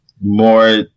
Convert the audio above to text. more